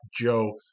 Joe